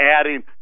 adding